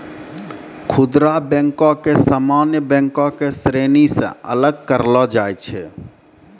खुदरा बैको के सामान्य बैंको के श्रेणी से अलग करलो जाय छै